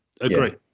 agree